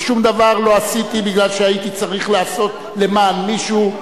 ושום דבר לא עשיתי כי הייתי צריך לעשות למען מישהו,